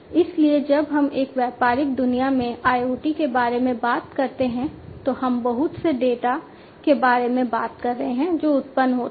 इसलिए जब हम एक व्यापारिक दुनिया में IoT के बारे में बात करते हैं तो हम बहुत से डेटा के बारे में बात कर रहे हैं जो उत्पन्न होता है